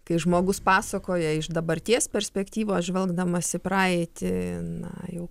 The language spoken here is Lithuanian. kai žmogus pasakoja iš dabarties perspektyvos žvelgdamas į praeitį na jau